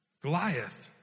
Goliath